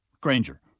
Granger